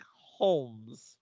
Holmes